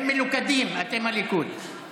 הם מלוכדים, אתם, הליכוד.